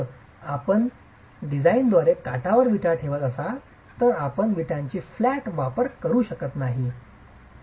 जर आपण डिझाइनद्वारे काठावर विटा ठेवत असाल तर आपण विटाची फ्लॅट वापरु शकत नाही